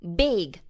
big